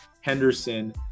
henderson